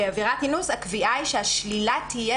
בעבירת אינוס הקביעה היא שהשלילה תהיה